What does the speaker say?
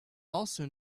also